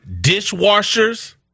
dishwashers